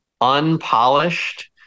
unpolished